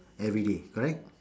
everyday correct